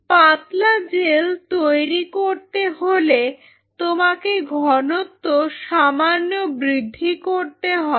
পাতলা জেল তৈরি করতে হলে তোমাকে ঘনত্ব সামান্য বৃদ্ধি করতে হবে